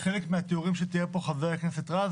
חלק מהתיאורים שתיאר פה חבר הכנסת רז